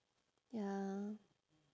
ya